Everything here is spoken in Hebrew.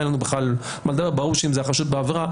אין לנו בכלל בעיה וברור שאם הוא חשוד בעבירה,